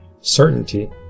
certainty